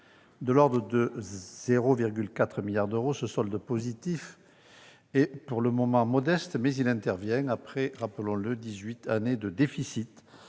De l'ordre de 0,4 milliard d'euros, ce solde positif est pour le moment modeste, mais il intervient après dix-huit années de déficits,